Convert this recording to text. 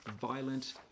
violent